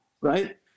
Right